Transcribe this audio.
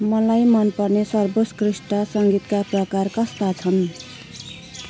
मलाई मन पर्ने सर्वोत्कृष्ट सङ्गीतका प्रकार कस्ता छन्